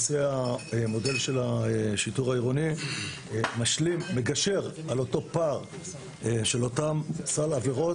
המודל של השיטור העירוני מגשר על אותו פער של אותו סל עבירות.